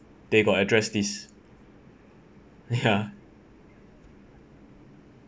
they got address this ya